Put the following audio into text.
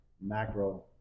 macro